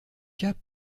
cap